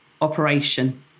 operation